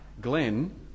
Glenn